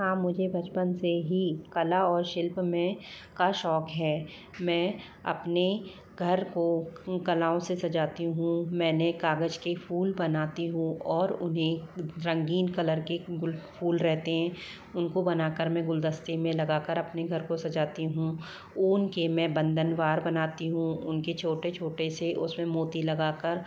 हाँ मुझे बचपन से ही कला और शिल्प मैं का शौक है मैं अपने घर को उन कलालों से सजाती हूँ मैं कागज के फूल बनाती हूँ और उन्हे रंगीन कलर के गुल फूल रहते हैं उनको बना कर मैं गुलदस्ते में लगाकर अपने घर को सजाती हूँ उनके मैं बंदनवार बनती हूँ उनके छोटे छोटे से उसमे मोती लगाकर